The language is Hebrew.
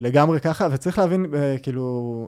לגמרי ככה, וצריך להבין ב... כאילו...